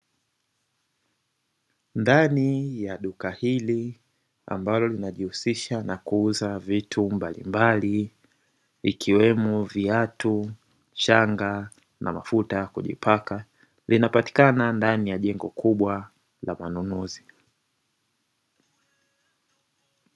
Ndani ya duka hili ambalo linajihusisha na kuuza vitu mbalimbali ikiwemo viatu, shanga na mafuta ya kujipaka; vinapatikana ndani ya jengo kubwa la manunuzi.